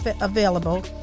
available